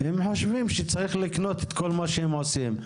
הם חושבים שצריך לקנות את כל מה שהם עושים.